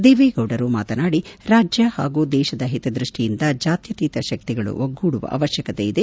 ದೇವೇಗೌಡರು ಮಾತನಾಡಿ ರಾಜ್ಯ ಹಾಗೂ ದೇಶದ ಹಿತದೃಷ್ಟಿಯಿಂದ ಜಾತ್ಯತೀತ ಶಕ್ತಿಗಳು ಒಗ್ಗೂಡುವ ಅವಶ್ಯಕತೆ ಇದೆ